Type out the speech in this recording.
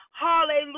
Hallelujah